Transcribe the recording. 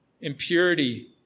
impurity